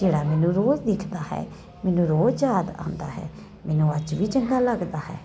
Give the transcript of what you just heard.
ਜਿਹੜਾ ਮੈਨੂੰ ਰੋਜ਼ ਦਿਖਦਾ ਹੈ ਮੈਨੂੰ ਰੋਜ਼ ਯਾਦ ਆਉਂਦਾ ਹੈ ਮੈਨੂੰ ਅੱਜ ਵੀ ਚੰਗਾ ਲੱਗਦਾ ਹੈ